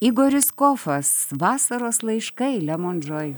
igoris kofas vasaros laiškai lemon džoi